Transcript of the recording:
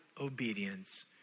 obedience